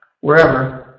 wherever